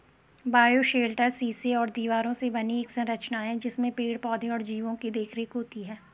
bioshelter शीशे और दीवारों से बनी एक संरचना है जिसमें पेड़ पौधे और जीवो की देखरेख होती है